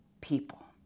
people